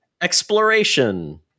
Exploration